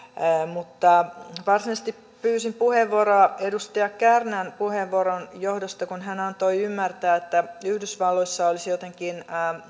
mutta varsinaisesti pyysin puheenvuoroa edustaja kärnän puheenvuoron johdosta kun hän antoi ymmärtää että yhdysvalloissa olisi jotenkin